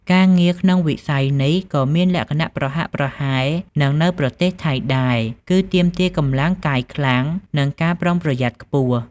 ការងារក្នុងវិស័យនេះក៏មានលក្ខណៈប្រហាក់ប្រហែលនឹងនៅប្រទេសថៃដែរ គឺទាមទារកម្លាំងកាយខ្លាំង និងការប្រុងប្រយ័ត្នខ្ពស់ ។